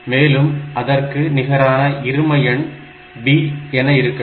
மேலும் அதற்கு நிகரான இரும எண் B என இருக்கட்டும்